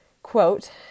Quote